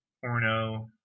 Porno